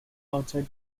outside